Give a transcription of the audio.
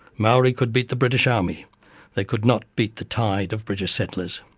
maori could beat the british army they could not beat the tide of british settlers.